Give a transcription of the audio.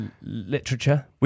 literature